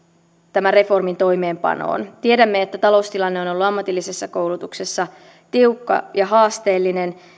tämän reformin toimeenpanoon tiedämme että taloustilanne on on ollut ammatillisessa koulutuksessa tiukka ja haasteellinen